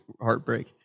heartbreak